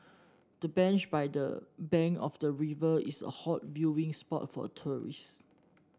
the bench by the bank of the river is a hot viewing spot for tourists